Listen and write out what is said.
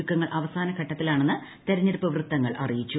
ഒരുക്ക്ങ്ങൾ അവസാന ഘട്ടത്തിലാണെന്ന് തെരഞ്ഞെടുപ്പ് വൃത്തങ്ങൾ അറിയിച്ചു